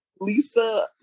Lisa